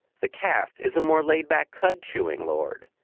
the calf is a more laid back, cud-chewing lord.